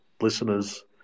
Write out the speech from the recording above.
listener's